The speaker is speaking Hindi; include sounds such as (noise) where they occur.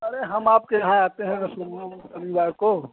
अरे हम आपके यहाँ आते हैं (unintelligible) शनिवार को